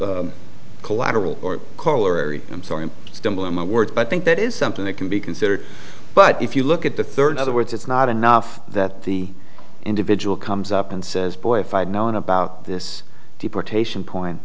a collateral or color i'm sorry i'm stumbling my words but i think that is something that can be considered but if you look at the third other words it's not enough that the individual comes up and says boy if i had known about this deportation point